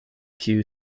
kiu